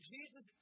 Jesus